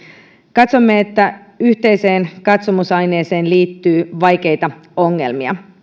katsomme että yhteiseen katsomusaineeseen liittyy vaikeita ongelmia